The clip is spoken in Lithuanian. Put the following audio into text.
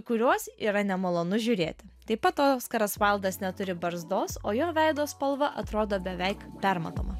kuriuos yra nemalonu žiūrėti taip pat oskaras vaildas neturi barzdos o jo veido spalva atrodo beveik permatoma